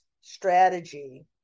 strategy